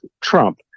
Trump